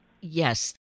Yes